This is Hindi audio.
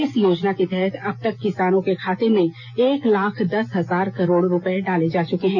इस योजना के तहत अबतक किसानों के खाते में एक लाख दस हजार करोड़ रुपये डाले जा चुके हैं